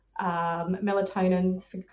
melatonin